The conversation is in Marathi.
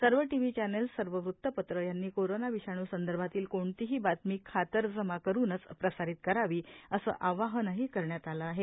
सर्व टिव्ही चॅनेल्स सर्व वृतपत्रे यांनी कोरोना विषाणूसंदर्भातील कोणतीही बातमी खातरजमा करुनच प्रसारीत करावी असे आवाहनही करण्यात आले आहे